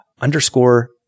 underscore